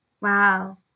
wow